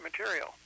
material